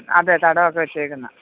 അതെ തടവൊക്കെ വെച്ചേക്കുന്നതാണ്